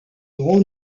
grand